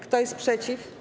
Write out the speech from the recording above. Kto jest przeciw?